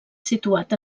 situat